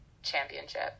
championship